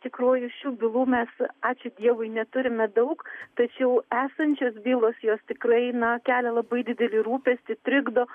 tikroji šių bylų mes ačiū dievui neturime daug tačiau esančios bylos jos tikrai na kelia labai didelį rūpestį trikdo